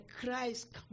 Christ